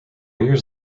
years